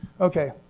Okay